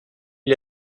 est